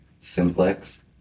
simplex